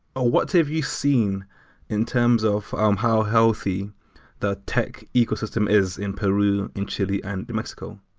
what have you seen in terms of um how healthy the tech ecosystem is in peru, in chile, and in mexico?